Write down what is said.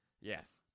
yes